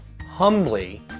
humbly